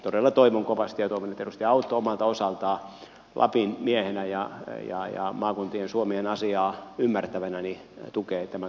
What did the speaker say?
todella toivon sitä kovasti ja toivon että edustaja autto omalta osaltaan lapin miehenä ja maakuntien ja suomen asiaa ymmärtävänä tukee tämäntapaista ajatusta